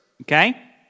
okay